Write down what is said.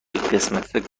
قسمتمه